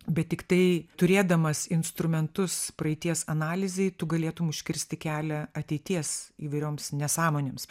bet tiktai turėdamas instrumentus praeities analizei tu galėtum užkirsti kelią ateities įvairioms nesąmonėms